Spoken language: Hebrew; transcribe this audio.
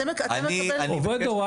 אתה מקבל --- עובד הוראה,